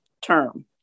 term